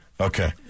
Okay